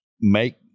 make